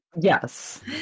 Yes